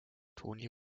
toni